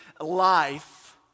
life